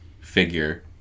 figure